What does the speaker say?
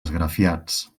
esgrafiats